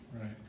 Right